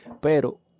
pero